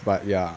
but ya